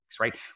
Right